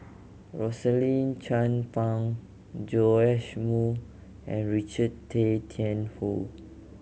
Rosaline Chan Pang Joash Moo and Richard Tay Tian Hoe